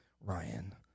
Ryan